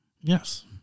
Yes